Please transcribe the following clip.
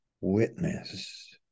witness